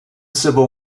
civil